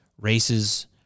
races